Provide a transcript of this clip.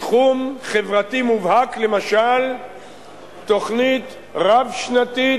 בתחום חברתי מובהק, למשל תוכנית רב-שנתית,